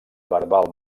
verbal